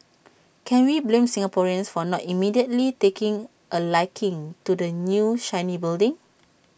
can we blame Singaporeans for not immediately taking A liking to the new shiny building